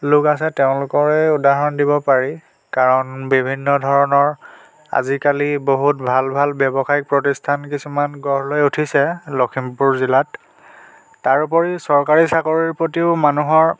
লোক আছে তেওঁলোকৰে উদাহৰণ দিব পাৰি কাৰণ বিভিন্ন ধৰণৰ আজিকালি বহুত ভাল ভাল ব্যৱসায়িক প্ৰতিষ্ঠান কিছুমান গঢ় লৈ উঠিছে লখিমপুৰ জিলাত তাৰোপৰি চৰকাৰী চাকৰিৰ প্ৰতিও মানুহৰ